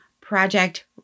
Project